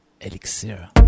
Elixir